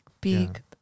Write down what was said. big